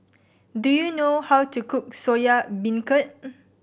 do you know how to cook Soya Beancurd